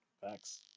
facts